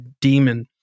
Demon*